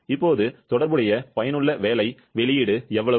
இப்போது தொடர்புடைய பயனுள்ள வேலை வெளியீடு எவ்வளவு